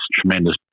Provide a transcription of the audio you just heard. tremendous